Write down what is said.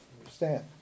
Understand